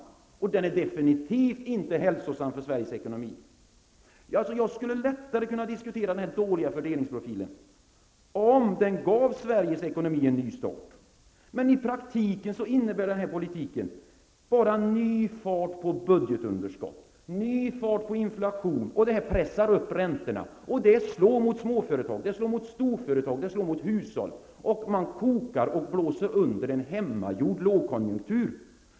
Den är absolut inte hälsosam för Sveriges ekonomi. Jag skulle lättare kunna diskutera den här dåliga fördelningsprofilen, om den gav Sveriges ekonomi en ny start. Men i praktiken innebär den här politiken bara ny fart på budgetunderskott och inflation. Detta pressar upp räntorna och slår mot småföretag, storföretag och hushåll. Man blåser under en hemmagjord lågkonjunktur.